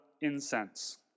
incense